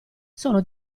sono